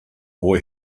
boy